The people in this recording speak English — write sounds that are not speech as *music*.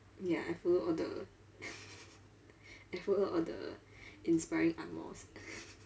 ya I follow all the *laughs* I follow all the inspiring angmohs *laughs*